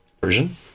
version